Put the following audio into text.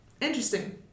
Interesting